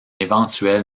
éventuel